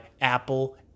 Apple